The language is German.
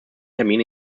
termin